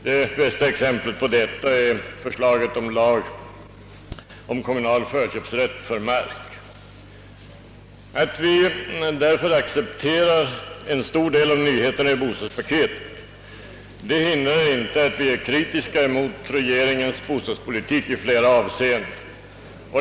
Det bästa exemplet på detta är förslaget till lag om kommunal förköpsrätt till mark. Att vi accepterar en stor del av nyheterna i bostadspaketet hindrar emellertid inte att vi i flera avseenden är kritiska mot regeringens bostadspolitik.